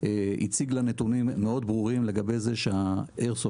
הציג לה נתונים מאוד ברורים לגבי זה שהאיירסופט